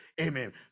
Amen